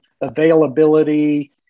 availability